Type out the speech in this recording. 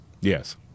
yes